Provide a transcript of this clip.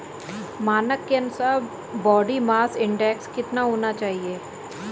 मानक के अनुसार बॉडी मास इंडेक्स कितना होना चाहिए?